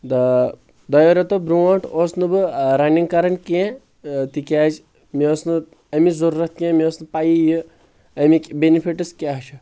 اۭں دۄیو ریٚتو بروٚنٛہہ اوس نہٕ بہٕ رننِگ کران کینٛہہ تِکیاز مےٚ ٲس نہٕ امیِچ ضروٗرت کینٛہہ مےٚ ٲس نہٕ پیی یہِ امیِکۍ بیٚنِفٹٕس کیاہ چھِ